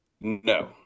No